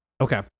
Okay